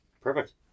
Perfect